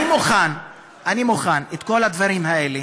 אני מוכן שכל הדברים האלה,